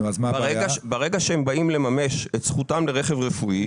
ברגע שהם באים לממש את זכותם לרכב רפואי,